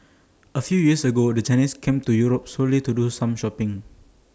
A few years ago the Chinese came to Europe solely to do some shopping